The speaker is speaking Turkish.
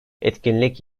etkinlik